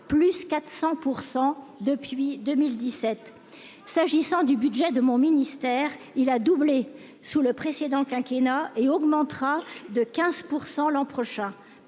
soit +400 % depuis 2017. Le budget de mon ministère a doublé sous le précédent quinquennat et augmentera de 15 % l'an prochain.